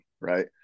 right